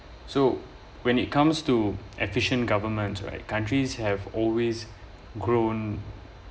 so when it comes to efficient government right countries have always grown